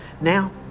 Now